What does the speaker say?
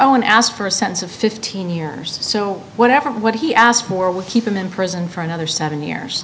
owen asked for a sense of fifteen years so whatever what he asked for will keep him in prison for another seven years